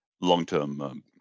long-term